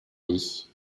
lit